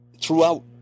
throughout